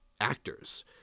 actors